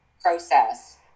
process